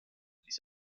ließ